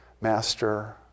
Master